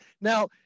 Now